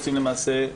למעשה בכל הנושאים,